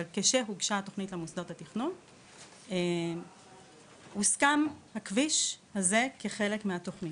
אבל כשהוגשה התוכנית למוסדות התכנון הוסכם הכביש הזה כחלק מהתוכנית.